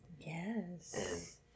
Yes